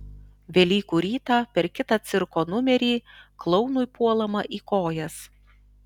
velykų rytą per kitą cirko numerį klounui puolama į kojas